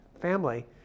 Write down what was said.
family